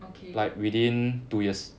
okay